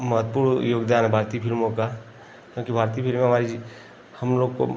महतपूर्ण योगदान है भारतीय फिल्मों का क्योंकि भारतीय फिल्में हमारी हम लोग को